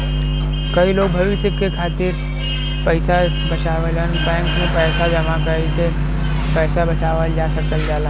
कई लोग भविष्य के खातिर पइसा बचावलन बैंक में पैसा जमा कइके पैसा बचावल जा सकल जाला